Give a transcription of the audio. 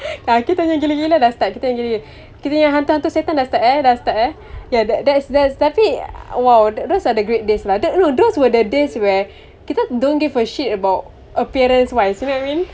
kita punya gila-gila dah start kita punya gila-gila kita punya hantu hantu setan dah start eh dah start eh ya that's that's tapi !wow! those are the great days no those were the days where kita don't give a shit about appearance wise you know what I mean